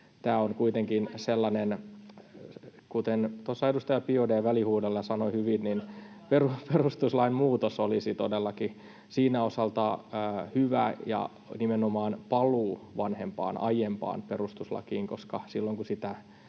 muutos!] — Kuten tuossa edustaja Biaudet välihuudolla sanoi hyvin, niin perustuslain muutos olisi todellakin siinä osaltaan hyvä ja nimenomaan paluu vanhempaan, aiempaan perustuslakiin, koska silloin, kun sitä